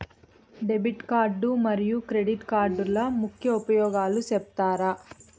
Debit card మరియు credit కార్డుల ముఖ్య ఉపయోగాలు సెప్తారా?